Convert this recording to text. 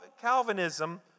Calvinism